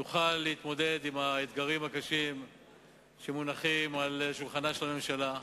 נוכל להתמודד עם האתגרים הקשים שמונחים על שולחנה של הממשלה.